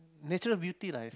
natural beauty lah